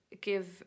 give